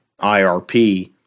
IRP